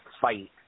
fight